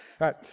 right